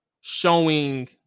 showing